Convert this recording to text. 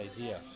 idea